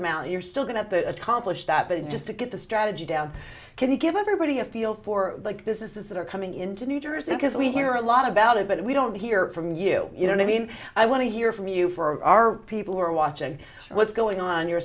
amount you're still going to accomplish that but just to get the strategy down can you give everybody a feel for the businesses that are coming in to new jersey because we hear a lot about it but we don't hear from you you know i mean i want to hear from you for people who are watching what's going on your